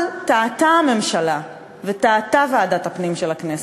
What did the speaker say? אבל טעתה הממשלה וטעתה ועדת הפנים של הכנסת,